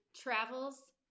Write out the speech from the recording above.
travels